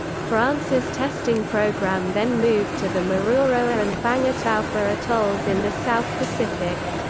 france's testing program then moved to the mururoa and fangataufa atolls in the south pacific.